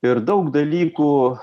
ir daug dalykų